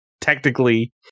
technically